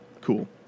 cool